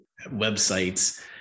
websites